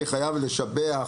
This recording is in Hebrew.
אני חייבת לשבח